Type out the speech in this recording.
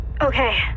Okay